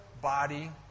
body